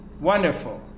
wonderful